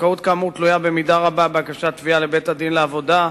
הזכאות כאמור תלויה במידה רבה בהגשת תביעה לבית-הדין לעבודה,